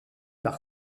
par